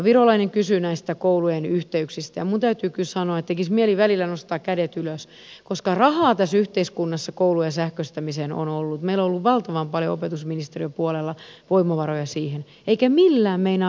virolainen kysyi koulujen yhteyksistä ja minun täytyy kyllä sanoa että tekisi mieli välillä nostaa kädet ylös koska rahaa tässä yhteyskunnassa koulujen sähköistämiseen on ollut meillä on ollut valtavan paljon opetusministeriön puolella voimavaroja siihen eikä millään meinaa vieläkään onnistua